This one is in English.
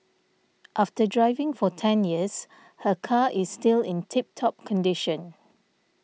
after driving for ten years her car is still in tip top condition